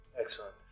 Excellent